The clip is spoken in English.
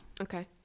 Okay